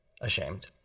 ashamed